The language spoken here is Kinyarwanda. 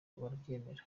barabyemera